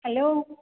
hello